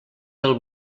del